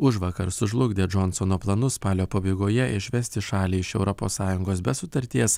užvakar sužlugdė džonsono planus spalio pabaigoje išvesti šalį iš europos sąjungos be sutarties